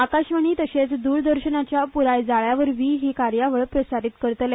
आकाशवाणी तशेच द्रदर्शनाच्या पुराय जाळ्यावरवी ही कार्यावळ प्रसारीत करतले